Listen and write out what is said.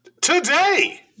Today